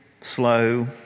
slow